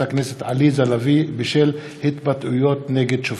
הכנסת עליזה לביא בשל התבטאויות נגד שופט.